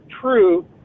true